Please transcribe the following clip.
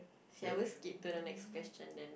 shall we skip to the next question then